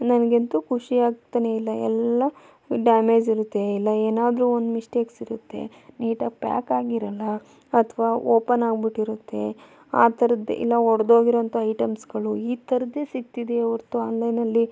ನನಗಂತೂ ಖುಷಿಯಾಗ್ತಲೇ ಇಲ್ಲ ಎಲ್ಲ ಡ್ಯಾಮೇಜ್ ಇರುತ್ತೆ ಇಲ್ಲ ಏನಾದರೂ ಒಂದು ಮಿಶ್ಟೇಕ್ಸ್ ಇರುತ್ತೆ ನೀಟಾಗಿ ಪ್ಯಾಕ್ ಆಗಿರಲ್ಲ ಅಥವಾ ಓಪನ್ ಆಗ್ಬಿಟ್ಟಿರುತ್ತೆ ಆ ಥರದ್ದು ಇಲ್ಲ ಒಡ್ದೋಗಿರುವಂಥ ಐಟಮ್ಸ್ಗಳು ಈ ಥರದ್ದೇ ಸಿಗ್ತಿದೆ ಹೊರ್ತು ಆನ್ಲೈನಲ್ಲಿ